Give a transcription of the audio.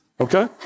okay